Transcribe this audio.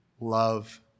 love